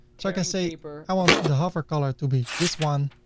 so i can say i want the hover color to be this one,